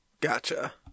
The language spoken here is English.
gotcha